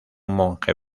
monje